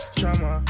drama